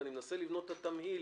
ואני מנסה לבנות את התמהיל